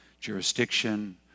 jurisdiction